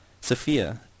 Sophia